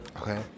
Okay